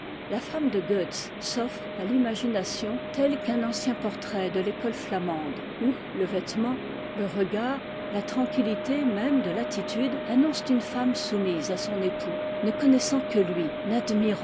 la femme de goetz s'offre à l'imagination teff qu'un ancien portrait de l'école flamande où le vêtement le regard la tranquittité même de l'attitude annoncent une femme soumise à son époux ne connaissant que lui